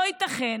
לא ייתכן